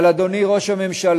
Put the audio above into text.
אבל, אדוני ראש הממשלה,